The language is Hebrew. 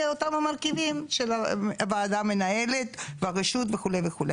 אם הוא הרגולטור הרלוונטי הוא יופיע.